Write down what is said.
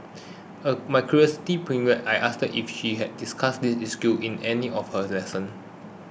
my curiosity piqued I asked if she had discussed this issue in any of her lesson